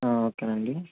ఓకేనండి